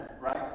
right